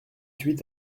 huit